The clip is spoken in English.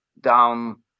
down